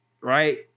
right